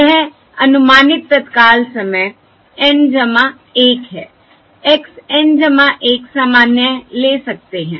यह अनुमानित तत्काल समय N 1 है x N 1 सामान्य ले सकते है